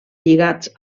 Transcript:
lligats